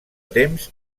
temps